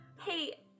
Hey